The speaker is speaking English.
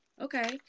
Okay